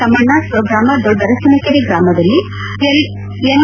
ತಮ್ಮಣ್ಣ ಸ್ವಗ್ರಾಮ ದೊಡ್ಡರಸಿನಕೆರೆ ಗ್ರಾಮದಲ್ಲಿ ಎನ್